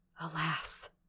Alas